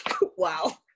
Wow